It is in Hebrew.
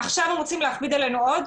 עכשיו הם רוצים להכביד עלינו עוד?